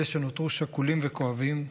אלה שנותרו שכולים וכואבים,